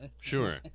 sure